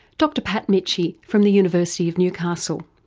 dr pat michie from the university of newcastle.